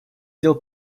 дел